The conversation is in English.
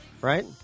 Right